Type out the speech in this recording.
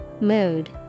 Mood